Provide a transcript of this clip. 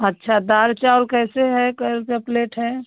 अच्छा दाल चाल कैसे है कितने रुपये प्लेट है